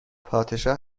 پادشاه